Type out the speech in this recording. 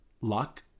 luck